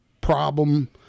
problem